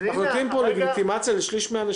--- זה עשרות אנשים,